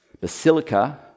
Basilica